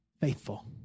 Faithful